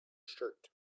shirt